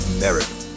merit